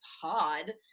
pod